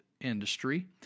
industry